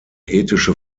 ethische